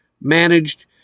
managed